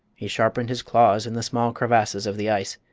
he sharpened his claws in the small crevasses of the ice.